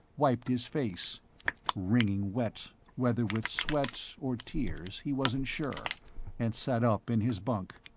wiped his face wringing wet, whether with sweat or tears he wasn't sure and sat up in his bunk.